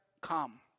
come